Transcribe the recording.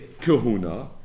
Kahuna